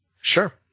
sure